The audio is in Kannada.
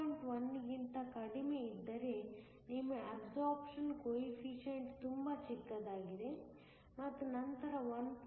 1 ಕ್ಕಿಂತ ಕಡಿಮೆ ಇದ್ದರೆ ನಿಮ್ಮ ಅಬ್ಸೋರ್ಬ್ಷನ್ ಕೊಎಫಿಷಿಯೆಂಟ್ ತುಂಬಾ ಚಿಕ್ಕದಾಗಿದೆ ಮತ್ತು ನಂತರ 1